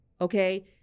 okay